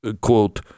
quote